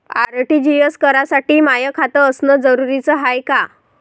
RTGS करासाठी माय खात असनं जरुरीच हाय का?